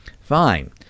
Fine